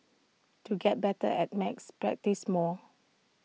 to get better at maths practise more